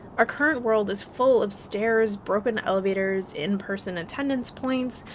our current world is full of stairs, broken elevators, in-person attendance points,